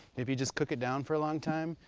if you just cook it down for a long time.